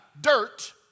dirt